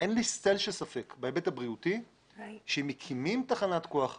אין לי צל של ספק שאם מקימים תחנת כוח חדשה,